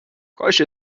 کاش